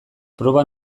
proba